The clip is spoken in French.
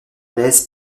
l’aise